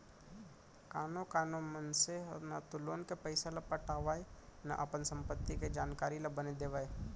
कानो कोनो मनसे ह न तो लोन के पइसा ल पटावय न अपन संपत्ति के जानकारी ल बने देवय